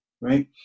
right